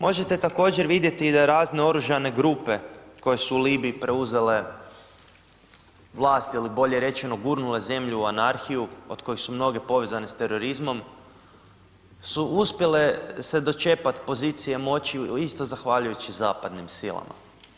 Možete također vidjeti da razne oružane grupe koje su u Libiji preuzele vlast ili bolje rečeno gurnule zemlju u anarhiju, od koje su mnoge povezane s terorizmom, su uspjele se dočepat pozicije moći isto zahvaljujući zapadnim silama.